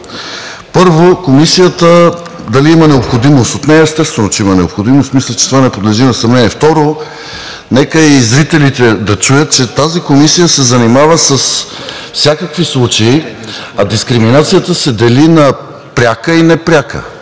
Първо, Комисията дали има необходимост от нея? Естествено, че има необходимост. Мисля, че това не подлежи на съмнение. Второ, нека и зрителите да чуят, че тази комисия се занимава с всякакви случаи. А дискриминацията се дели на пряка и непряка.